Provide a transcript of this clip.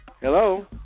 Hello